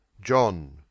John